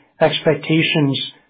expectations